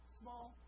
small